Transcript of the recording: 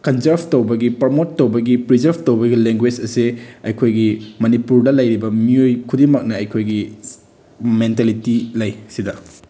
ꯀꯟꯖꯥꯔ꯭ꯕ ꯇꯧꯕꯒꯤ ꯄꯔꯃꯣꯠ ꯇꯧꯕꯒꯤ ꯄ꯭ꯔꯤꯖꯥꯕ ꯇꯧꯕꯒꯤ ꯂꯦꯡꯒꯣꯏꯁ ꯑꯁꯦ ꯑꯩꯈꯣꯏꯒꯤ ꯃꯅꯤꯄꯨꯔꯗ ꯂꯩꯔꯤꯕ ꯃꯤꯑꯣꯏ ꯈꯨꯗꯤꯡꯃꯛꯅ ꯑꯩꯈꯣꯏꯒꯤ ꯃꯦꯟꯇꯦꯂꯤꯇꯤ ꯂꯩ ꯁꯤꯗ